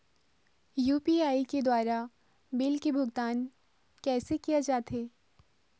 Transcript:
UPI के द्वारा bill के भुगतान कैसे किया जाथे?